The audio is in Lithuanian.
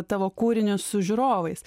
tavo kūrinį su žiūrovais